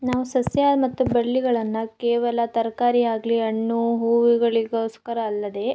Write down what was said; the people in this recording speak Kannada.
ನಾವು ಸಸ್ಯ ಮತ್ತು ಬಳ್ಳಿಗಳನ್ನು ಕೇವಲ ತರಕಾರಿಯಾಗ್ಲಿ ಹಣ್ಣು ಹೂವುಗಳಿಗೋಸ್ಕರ ಅಲ್ಲದೇ